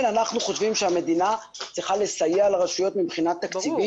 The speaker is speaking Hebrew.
אנחנו חושבים שהמדינה צריכה לסייע לרשויות מבחינה תקציבית.